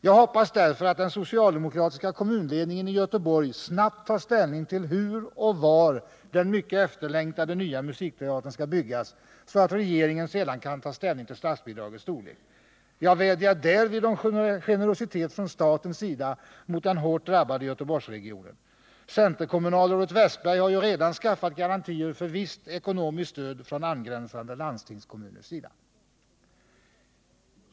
Jag hoppas därför att den socialdemokratiska kommunledningen i Göteborg snabbt tar ställning till hur och var den mycket efterlängtade nya musikteatern skall byggas, så att regeringen sedan kan ta ställning till statsbidragets storlek. Jag vädjar därvid om generositet från statens sida mot den hårt drabbade Göteborgsregionen. Centerkommunalrådet Wessberg har ju redan skaffat garantier för visst ekonomiskt stöd från angränsande landstingskommuners sida.